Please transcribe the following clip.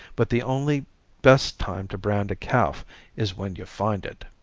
but the only best time to brand a calf is when you find it.